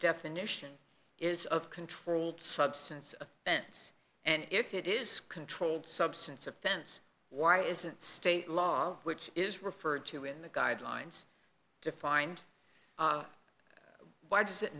definition is of controlled substance of events and if it is controlled substance offense why isn't state law which is referred to in the guidelines defined why does it